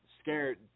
scared